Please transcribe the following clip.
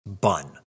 bun